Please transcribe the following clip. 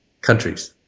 countries